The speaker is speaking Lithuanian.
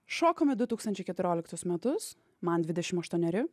šokam į du tūkstančiai keturioliktus metus man dvidešim aštuoneri